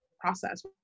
process